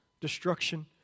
destruction